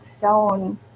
zone